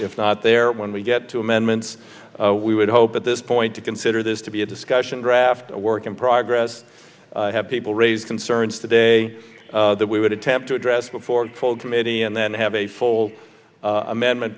it's not there when we get to amendments we would hope at this point to consider this to be a discussion draft a work in progress have people raise concerns today that we would attempt to address before told committee and then have a full amendment